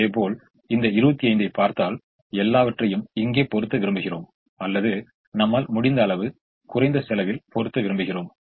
இதேபோல் இந்த 25 ஐப் பார்த்தால் எல்லாவற்றையும் இங்கே பொறுத்த விரும்புகிறோம் அல்லது நம்மால் முடிந்த அளவு குறைந்த செலவில் பொறுத்த விரும்புகிறோம்